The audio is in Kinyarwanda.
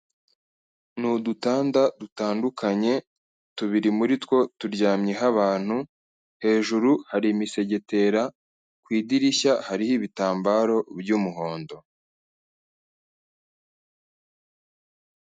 Ni udutanda dutandukanye, tubiri muri two turyamyeho abantu hejuru hari imisegetera ku idirishya hariho ibitambaro by'umuhondo.